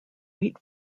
wheat